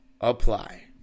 apply